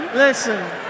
Listen